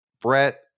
Brett